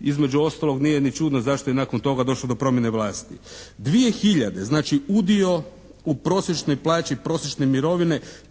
između ostalog nije ni čudno zašto je nakon toga došlo do promjene vlasti. Dvije hiljade znači udio u prosječnoj plaći prosječne mirovine